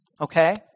okay